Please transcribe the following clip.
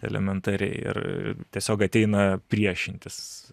elementariai ir tiesiog ateina priešintis